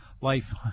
life